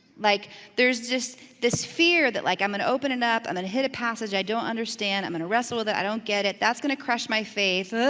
like there's just this fear that like i'm gonna open it and up, i'm gonna hit a passage i don't understand, i'm gonna wrestle with it, i don't get it, that's gonna crush my faith. ah,